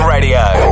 Radio